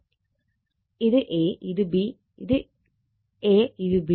ഇത് A ഇത് B ഇത് a ഇത് b